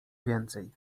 więcej